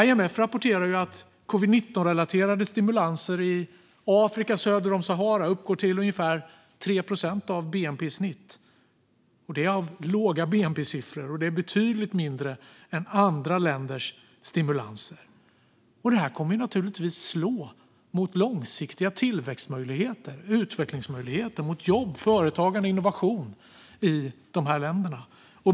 IMF rapporterar att covid-19-relaterade stimulanser i Afrika söder om Sahara uppgår till ungefär 3 procent av bnp i snitt. Det är av redan låga bnp-siffor och betydligt mindre än andra länders stimulanser. Det kommer naturligtvis att slå mot långsiktiga tillväxt och utvecklingsmöjligheter och mot jobb, företagande och innovationer i de länderna.